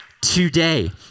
Today